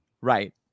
Right